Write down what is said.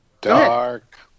Dark